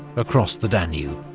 across the danube.